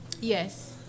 Yes